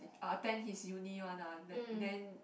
attend his uni one ah then then